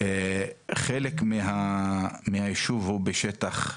חלק מהיישוב הוא בשטח C,